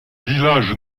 village